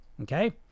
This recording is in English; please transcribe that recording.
okay